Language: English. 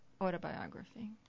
autobiography